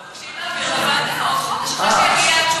לא, שידווח לוועדה עוד חודש, אחרי שתגיע התשובה.